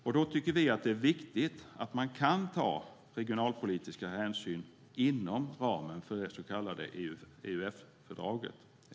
Vi tycker att det är viktigt att man kan ta regionalpolitiska hänsyn inom ramen för det så kallade EU-fördraget.